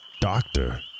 Doctor